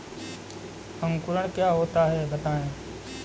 अंकुरण क्या होता है बताएँ?